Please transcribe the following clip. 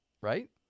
Right